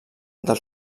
del